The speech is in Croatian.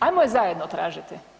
Ajmo je zajedno tražiti.